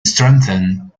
strengthen